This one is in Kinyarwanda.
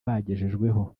bagejejweho